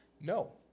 no